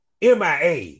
MIA